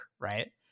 right